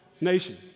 nation